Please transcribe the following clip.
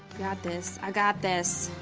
got this, i got this,